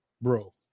bro